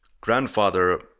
grandfather